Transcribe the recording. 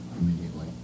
immediately